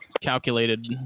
calculated